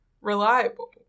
reliable